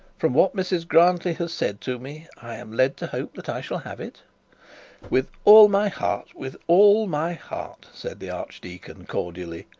from what mrs grantly has said to me, i am led to hope that i shall have it with all my heart, with all my heart said the archdeacon cordially,